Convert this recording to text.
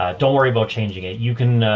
ah don't worry about changing it. you can, ah,